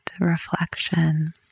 reflection